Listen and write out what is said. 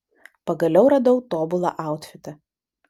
pagaliau radau tobulą autfitą